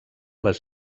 les